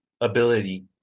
ability